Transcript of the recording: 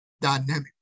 dynamic